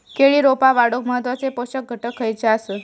केळी रोपा वाढूक महत्वाचे पोषक घटक खयचे आसत?